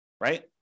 right